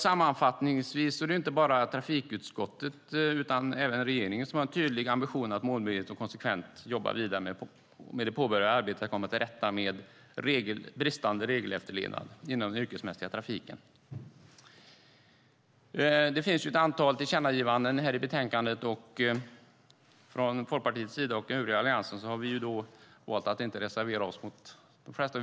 Sammanfattningsvis är det inte bara trafikutskottet utan även regeringen som har en tydlig ambition att målmedvetet och konsekvent jobba vidare med det påbörjade arbetet för att komma till rätta med bristande regelefterlevnad inom den yrkesmässiga trafiken. Det finns ett antal tillkännagivanden i betänkandet. Från Folkpartiets sida och den övriga Alliansen har vi valt att inte reservera oss mot de flesta.